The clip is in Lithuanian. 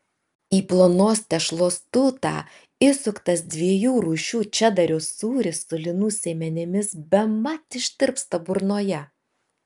į plonos tešlos tūtą įsuktas dviejų rūšių čederio sūris su linų sėmenimis bemat ištirpsta burnoje